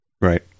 Right